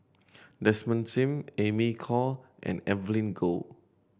Desmond Sim Amy Khor and Evelyn Goh